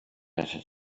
atat